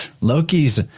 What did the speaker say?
Loki's